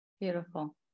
Beautiful